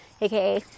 aka